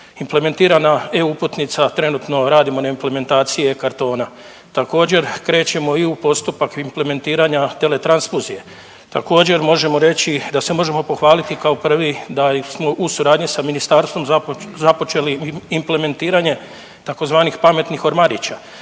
implementirana e-Uputnica, trenutno radimo na implementaciji e-Kartona. Također krećemo i u postupak implementiranja tele transfuzije, također možemo reći da se možemo pohvaliti kao prvi da smo u suradnji sa ministarstvom započeli implementiranje tzv. pametnih ormarića.